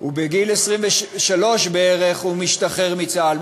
ובגיל 23 בערך הוא משתחרר מצה"ל.